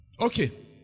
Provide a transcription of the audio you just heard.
Okay